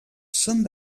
són